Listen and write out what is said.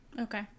okay